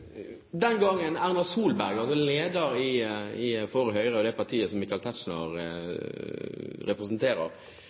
Den gangen Erna Solberg – altså leder for Høyre og det partiet som Michael Tetzschner representerer